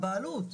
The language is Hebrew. הבעלות,